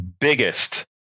biggest